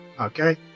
Okay